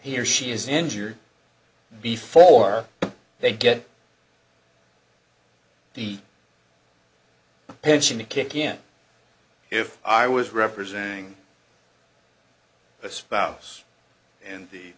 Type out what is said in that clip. he or she is injured before they get the pension to kick in if i was representing the spouse and the